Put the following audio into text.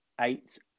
eight